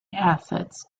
assets